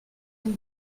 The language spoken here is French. une